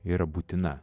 ir būtina